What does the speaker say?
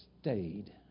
stayed